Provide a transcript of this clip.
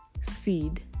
seed